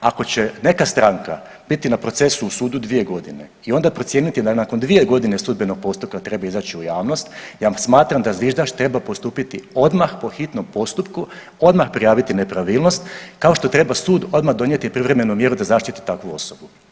Ako će neka stranka biti na procesu u sudu 2 godine i onda procijeniti da nakon 2 godine sudbenog postupka treba izaći u javnost ja smatram da zviždač treba postupiti odmah po hitnom postupku, odmah prijaviti nepravilnost, kao što treba sud odmah donijeti privremenu mjeru da zaštiti takvu osobu.